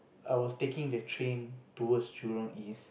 I was taking the train towards Jurong East